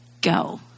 Go